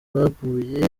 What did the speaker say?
baguye